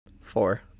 Four